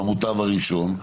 במוטב הראשון,